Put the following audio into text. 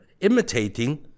imitating